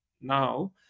now